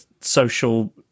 social